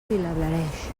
vilablareix